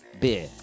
beer